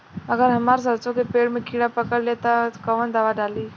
अगर हमार सरसो के पेड़ में किड़ा पकड़ ले ता तऽ कवन दावा डालि?